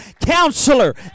counselor